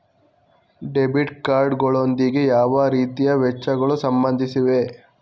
Debit card ಗಳೊಂದಿಗೆ ಯಾವ ರೀತಿಯ ವೆಚ್ಚಗಳು ಸಂಬಂಧಿಸಿವೆ?